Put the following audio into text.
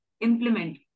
implement